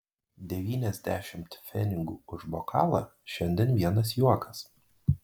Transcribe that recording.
devyniasdešimt pfenigų už bokalą šiandien vienas juokas